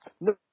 No